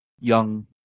young